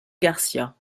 garcia